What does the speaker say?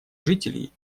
жителей